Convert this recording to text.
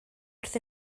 wrth